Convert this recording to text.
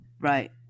right